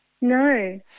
No